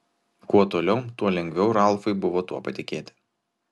kuo toliau tuo lengviau ralfui buvo tuo patikėti